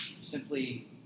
simply